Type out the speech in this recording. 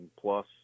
plus